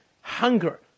hunger